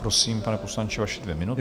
Prosím, pane poslanče, vaše dvě minuty.